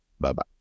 Bye-bye